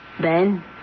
Ben